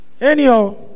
anyhow